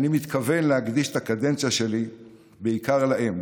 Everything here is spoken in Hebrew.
אני מתכוון להקדיש את הקדנציה שלי בעיקר להם,